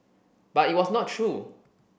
but it was not true